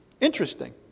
Interesting